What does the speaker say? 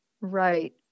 Right